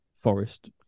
forest